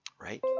right